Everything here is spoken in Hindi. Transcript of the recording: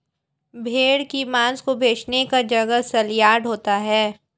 भेड़ की मांस को बेचने का जगह सलयार्ड होता है